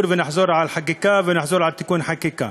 ונחזור על החקיקה ונחזור על תיקון החקיקה.